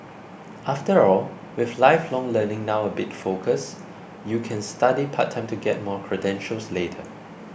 after all with lifelong learning now a big focus you can study part time to get more credentials later